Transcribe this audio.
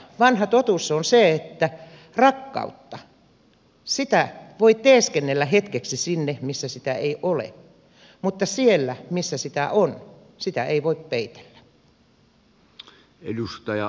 vanha totuus on se että rakkautta voi teeskennellä hetkeksi sinne missä sitä ei ole mutta siellä missä sitä on sitä ei voi peitellä